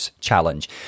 challenge